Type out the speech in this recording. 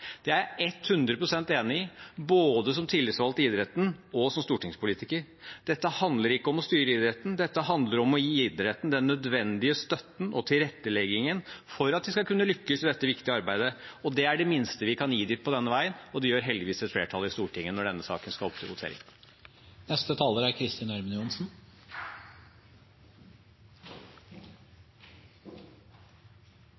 og som stortingspolitiker. Men dette handler ikke om å styre idretten, det handler om å gi idretten den nødvendige støtten og tilretteleggingen for at de skal kunne lykkes i dette viktige arbeidet. Det er det minste vi kan gi dem på denne veien, og det gjør heldigvis et flertall i Stortinget når denne saken skal opp til votering.